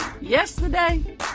Yesterday